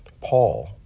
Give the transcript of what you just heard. Paul